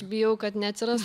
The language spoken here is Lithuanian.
bijau kad neatsiras